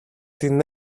την